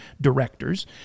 directors